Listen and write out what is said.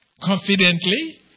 confidently